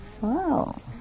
Wow